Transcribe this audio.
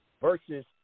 versus